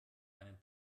einen